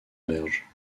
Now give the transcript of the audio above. berge